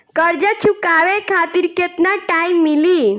कर्जा चुकावे खातिर केतना टाइम मिली?